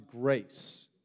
grace